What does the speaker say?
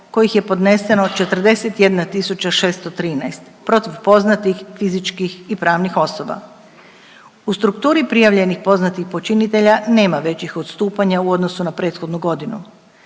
kojih je podneseno 41 tisuća 613 protiv poznatih fizičkih i pravnih osoba. U strukturi prijavljenih poznatih počinitelja nema većih odstupanja u odnosu na prethodnu godinu.